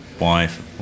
wife